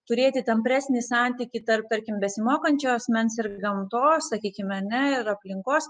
turėti tampresnį santykį tarp tarkim besimokančio asmens ir gamtos sakykime ne ir aplinkos